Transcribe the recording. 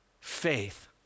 faith